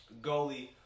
goalie